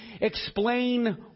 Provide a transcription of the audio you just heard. explain